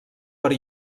per